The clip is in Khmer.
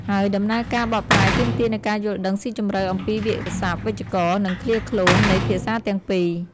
ហើយដំណើរការបកប្រែទាមទារនូវការយល់ដឹងស៊ីជម្រៅអំពីវាក្យសព្ទ វេយ្យាករណ៍ និងឃ្លាឃ្លោងនៃភាសាទាំងពីរ។